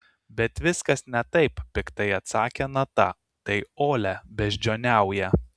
bet viskas ne taip piktai atsakė nata tai olia beždžioniauja